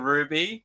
Ruby